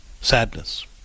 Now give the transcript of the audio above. sadness